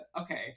okay